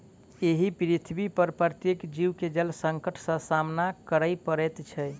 एहि पृथ्वीपर प्रत्येक जीव के जल संकट सॅ सामना करय पड़ैत छै